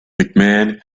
mcmahon